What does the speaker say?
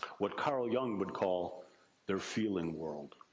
what carl jung would call their feeling world.